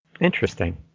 Interesting